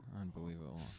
Unbelievable